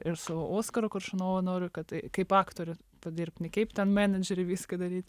ir su oskaru koršunovu noriu kad kaip aktorių padirbt kaip ten menedžerį viską daryt